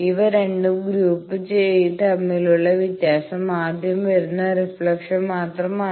ഇവ രണ്ടു ഗ്രൂപ്പുംgroup തമ്മിലുള്ള വ്യത്യാസം ആദ്യം വരുന്ന റിഫ്ലക്ഷൻ മാത്രമാണ്